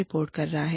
report कर रहा है